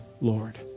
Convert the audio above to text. Lord